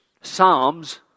Psalms